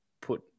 put